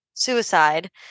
Suicide